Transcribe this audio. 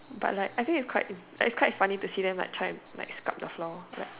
but like I think it's quite it's quite funny to see them like trying scrub the floor like